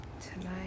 tonight